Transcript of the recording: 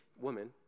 woman